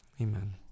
Amen